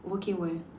working world